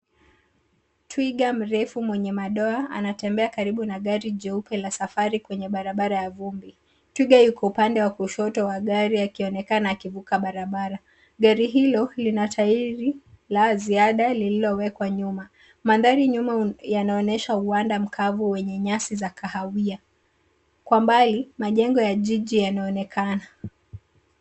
Twiga mrefu mwenye manyoya anatembea karibu na gari jeupe la safari kwenye barabara ya vumbi. Twiga yuko upande wa kushoto wa gari akionekana akivuka barabara. Gari hili linatairi la ziada lililowekwa nyuma. Mandhari nyuma yanaonyesha uwanda mkavu wenye nyasi za kahawia. Kwa mbali majengo ya jiji yanaonekana.